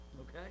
Okay